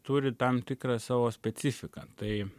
turi tam tikrą savo specifiką tai